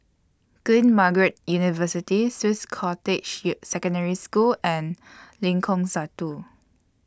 Queen Margaret University Swiss Cottage U Secondary School and Lengkong Satu